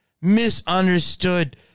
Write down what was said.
misunderstood